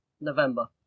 November